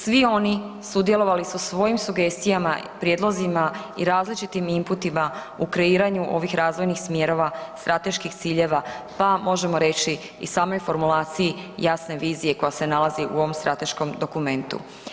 Svi oni sudjelovali su svojim sugestijama, prijedlozima i različitim imputima u kreiranju ovih razvojnih smjerova, strateških ciljeva pa možemo reći i samoj formulaciji, jasne vizije koja se nalazi u ovom strateškom dokumentu.